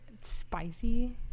spicy